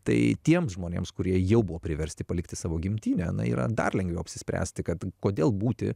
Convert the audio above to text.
tai tiems žmonėms kurie jau buvo priversti palikti savo gimtinę na yra dar lengviau apsispręsti kad kodėl būti